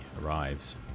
arrives